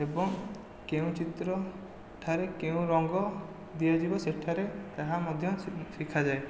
ଏବଂ କେଉଁ ଚିତ୍ର ଠାରେ କେଉଁ ରଙ୍ଗ ଦିଆଯିବ ସେଠାରେ ତାହା ମଧ୍ୟ ଶିଖାଯାଏ